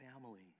family